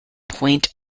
point